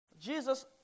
Jesus